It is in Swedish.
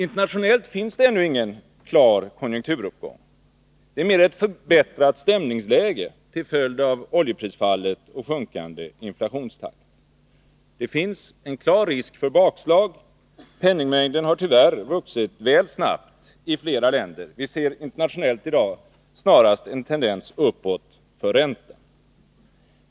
Internationellt finns det ännu ingen klar konjunkturuppgång. Det är mer fråga om ett förbättrat stämningsläge till följd av oljeprisfallet och sjunkande inflationstakt. Det finns en klar risk för bakslag. Penningmängden har tyvärr vuxit väl snabbt i flera länder. Vi ser i dag för räntorna snarast en tendens uppåt.